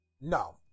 No